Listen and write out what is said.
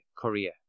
korea